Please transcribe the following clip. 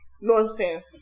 nonsense